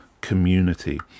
community